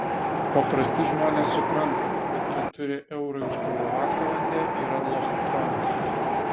paprasti žmonės supranta kad keturi eurai už kilovatvalandę yra lochatronas